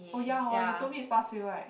oh ya hor you told me it's pass fail right